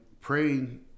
praying